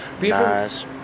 Nice